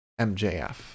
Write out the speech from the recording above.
MJF